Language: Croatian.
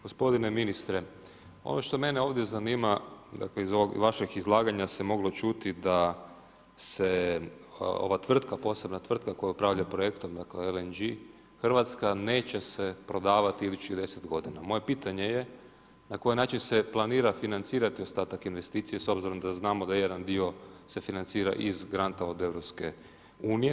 Gospodine ministre, ono što mene ovdje zanima, dakle iz vašeg izlaganja se moglo čuti da se ova tvrtka, posebna tvrtka koja upravlja projektom LNG, Hrvatska, neće se prodavati idućih 10 g. Moje pitanje je na koji način se planira financirati ostatak investicije, s obzirom da znamo da jedan dio se financira iz Granta od EU?